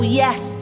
yes